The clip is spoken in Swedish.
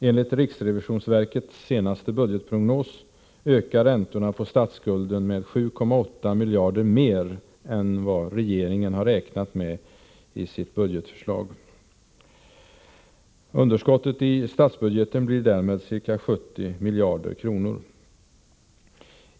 Enligt rikrevisionsverkets senaste budgetprognos ökar räntorna på statsskulden med 7,8 miljarder mer än vad regeringen räknat med i sitt budgetförslag. Underskottet i statsbudgeten blir därmed ca 70 miljarder kronor!